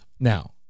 Now